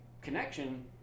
connection